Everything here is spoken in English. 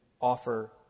offer